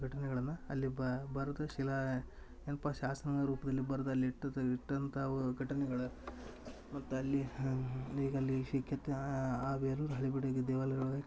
ಘಟನೆಗಳನ್ನ ಅಲ್ಲಿ ಬರ್ದು ಶಿಲಾ ಏನ್ಪ ಶಾಸನ ರೂಪದಲ್ಲಿ ಬರ್ದ ಅಲ್ಲಿಟ್ಟದ ಇಟ್ಟಂತವ ಘಟನೆಗಳ ಮತ್ತೆ ಅಲ್ಲಿ ಈಗಲ್ಲಿ ಸಿಕ್ಕಿದ್ದಾ ಆ ಬೇಲೂರು ಹಳೆಬೀಡಗೆ ದೇವಾಲಯಗಳಲ್ಲಿ